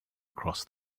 across